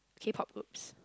k-pop groups